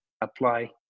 apply